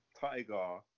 tiger